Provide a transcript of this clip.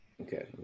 okay